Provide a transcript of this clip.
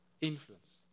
influence